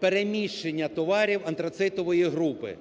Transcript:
Переміщення товарів антрацитової групи.